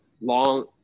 Long